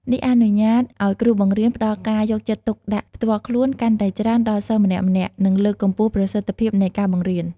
នេះអនុញ្ញាតឱ្យគ្រូបង្រៀនផ្តល់ការយកចិត្តទុកដាក់ផ្ទាល់ខ្លួនកាន់តែច្រើនដល់សិស្សម្នាក់ៗ និងលើកកម្ពស់ប្រសិទ្ធភាពនៃការបង្រៀន។